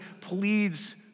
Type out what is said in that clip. pleads